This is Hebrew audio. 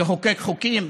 לחוקק חוקים,